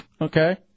Okay